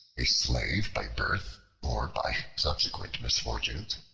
a slave by birth or by subsequent misfortunes,